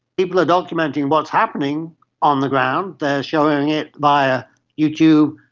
people are documenting what's happening on the ground. they are showing it via youtube,